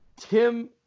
Tim